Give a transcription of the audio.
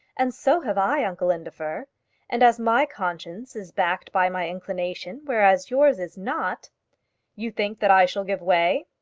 and so have i, uncle indefer and as my conscience is backed by my inclination, whereas yours is not you think that i shall give way?